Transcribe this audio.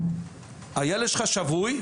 הילד שלך שבוי,